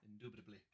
indubitably